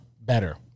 better